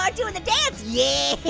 um doing the dance. yeah,